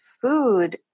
food